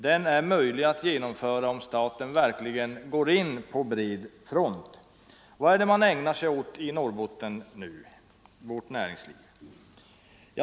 Den är möjlig att genomföra, om staten verkligen går in på bred front. Vad är det vårt näringsliv ägnar sig åt i Norrbotten?